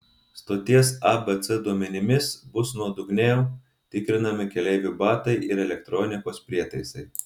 stoties abc duomenimis bus nuodugniau tikrinami keleivių batai ir elektronikos prietaisai